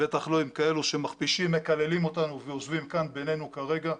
בטח לא עם כאלה שמכפישים ומקללים אותנו ויושבים כאן בינינו כרגע.